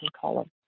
column